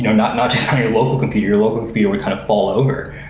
not not just on your local compute. your local compute will kind of fall over.